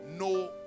No